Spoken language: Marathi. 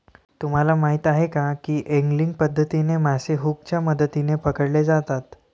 तुम्हाला माहीत आहे का की एंगलिंग पद्धतीने मासे हुकच्या मदतीने पकडले जातात